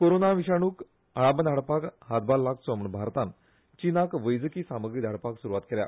कोरोना विशाणूक आळाबंद हाडपाक हातभार लागचो म्हूण भारतान चीनाक वैजकी सामग्री धाडपाक सुरवात केल्या